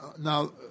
Now